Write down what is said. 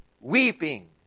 weeping